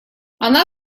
она